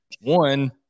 one